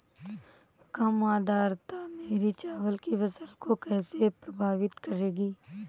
कम आर्द्रता मेरी चावल की फसल को कैसे प्रभावित करेगी?